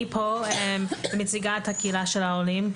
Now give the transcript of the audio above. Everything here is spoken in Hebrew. אני פה מציגה את הקהילה של העולים.